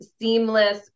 seamless